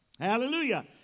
Hallelujah